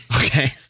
Okay